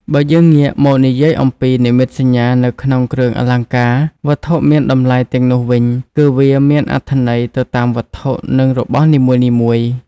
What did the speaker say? បើយើងងាកមកនិយាយអំពី និមិត្តសញ្ញានៅក្នុងគ្រឿងអលង្ការ វត្ថុមានតម្លៃទាំងនោះវិញ គឺវាមានអត្ថន័យទៅតាមវត្ថុ និងរបស់នីមួយៗ។